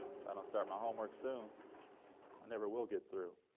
if i don't start my homework soon i never will get through.